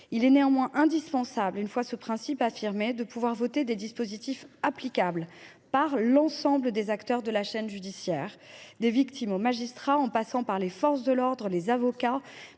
Il est néanmoins indispensable, une fois ce principe affirmé, de concevoir des dispositifs applicables par l’ensemble des acteurs de la chaîne judiciaire, des victimes aux magistrats en passant par les forces de l’ordre, les avocats